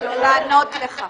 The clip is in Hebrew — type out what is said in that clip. מתחילים לשאול למה אנחנו לא.